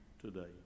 today